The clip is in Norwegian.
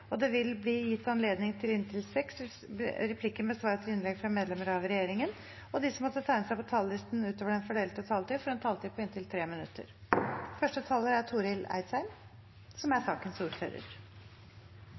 og 3 minutter til medlemmer av regjeringen. Videre vil det – innenfor den fordelte taletid – bli gitt anledning til inntil seks replikker med svar etter innlegg fra medlemmer av regjeringen, og de som måtte tegne seg på talerlisten utover den fordelte taletid, får en taletid på inntil 3 minutter. Digitalt Europa er